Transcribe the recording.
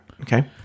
Okay